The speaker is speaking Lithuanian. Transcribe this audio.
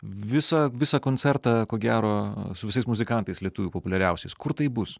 visą visą koncertą ko gero su visais muzikantais lietuvių populiariausiais kur tai bus